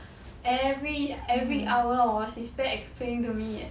every every hour hor she spend explaining to me